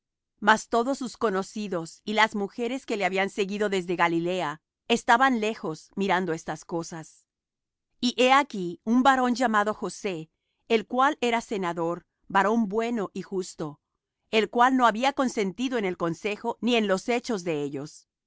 mas todos sus conocidos y las mujeres que le habían seguido desde galilea estaban lejos mirando estas cosas y he aquí un varón llamado josé el cual era senador varón bueno y justo el cual no había consentido en el consejo ni en los hechos de ellos de arimatea ciudad de la judea el cual también esperaba el reino de dios